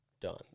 Done